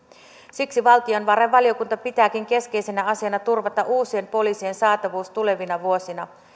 siksi valtiovarainvaliokunta pitääkin keskeisenä asiana uusien poliisien saatavuuden turvaamisen tulevina vuosina